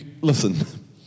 Listen